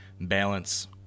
balance –